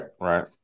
Right